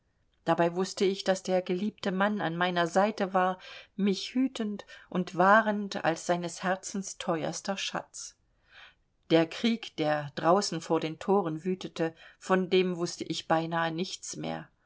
dabei wußte ich daß der geliebte mann an meiner seite war mich hütend und wahrend als seines herzens teuerster schatz der krieg der draußen vor den thoren wütete von dem wußte ich beinahe nichts mehr